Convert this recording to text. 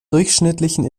durchschnittlichen